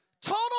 total